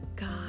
God